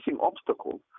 obstacles